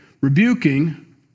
rebuking